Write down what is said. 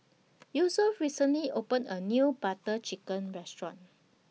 Yosef recently opened A New Butter Chicken Restaurant